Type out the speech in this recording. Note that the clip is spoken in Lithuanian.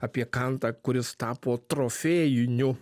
apie kantą kuris tapo trofėjiniu